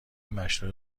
مشروح